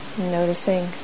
noticing